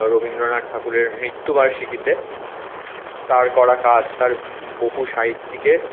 রবীন্দ্রনাথ ঠাকুরের মৃত্যুবার্ষিকীতে তাঁর করা কাজ তাঁর বহু সাহিত্যিকের